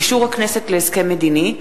אישור הכנסת להסכם מדיני),